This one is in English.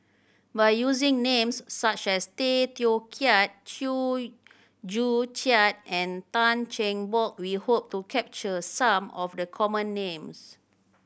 by using names such as Tay Teow Kiat Chew Joo Chiat and Tan Cheng Bock we hope to capture some of the common names